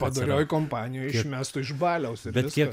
padorioj kompanijoj išmestų iš baliaus ir viskas